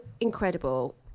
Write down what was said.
incredible